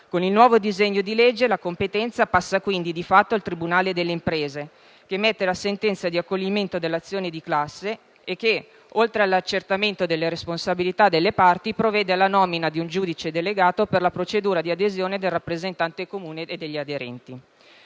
Con il nuovo disegno di legge, la competenza passa quindi di fatto al tribunale delle imprese, che emette la sentenza di accoglimento dell'azione di classe e che, oltre all'accertamento delle responsabilità delle parti, provvede alla nomina di un giudice delegato per la procedura di adesione e del rappresentante comune degli aderenti.